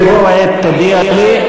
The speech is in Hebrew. למעט, בבוא העת תודיע לי.